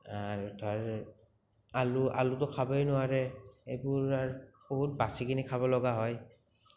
আৰু তাৰ আলু আলুটো খাবই নোৱাৰে এইবোৰ আৰ বহুত বাচি কিনে খাব লগা হয়